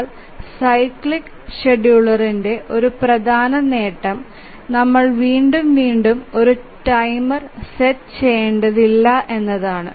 എന്നാൽ സൈക്ലിക് ഷെഡ്യൂളറിന്റെ ഒരു പ്രധാന നേട്ടം നമ്മൾ വീണ്ടും വീണ്ടും ഒരു ടൈമർ സെറ്റ് ചെയേണ്ടത് ഇല്ല എന്നതാണ്